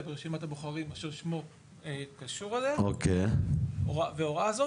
ברשימת הבוחרים אשר שמו קשור אליה והוראה הזאת